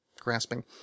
grasping